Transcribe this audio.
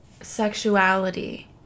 sexuality